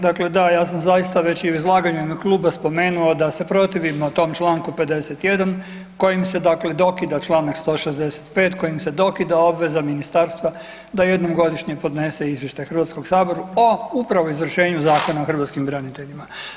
Dakle, da, ja sam zaista već i u izlaganju i u ime kluba spomenuo da se protivimo tom čl. 51. kojim se dakle dokida čl. 165., kojim se dokida obveza ministarstva da jednom godišnje podnese izvještaj Hrvatskom saboru o upravo izvršenju Zakon o hrvatskim braniteljima.